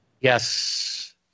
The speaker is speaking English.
Yes